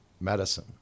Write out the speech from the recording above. medicine